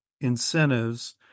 incentives